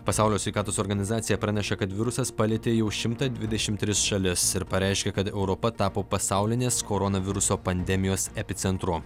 pasaulio sveikatos organizacija praneša kad virusas palietė jau šimtą dvidešimt tris šalis ir pareiškė kad europa tapo pasaulinės koronaviruso pandemijos epicentru